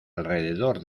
alrededor